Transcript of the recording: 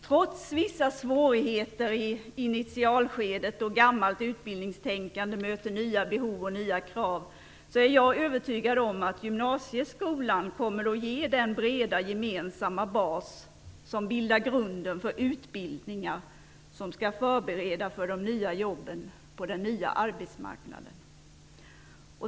Trots vissa svårigheter då gammalt utbildningstänkande möter nya behov och krav, är jag övertygad om att gymnasieskolan kommer att ge den breda gemensamma bas som bildar grunden för utbildningar som skall förbereda för de nya jobben på den nya arbetsmarknaden.